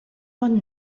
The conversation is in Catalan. bon